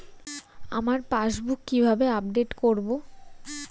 আমার পাসবুক কিভাবে আপডেট করবো?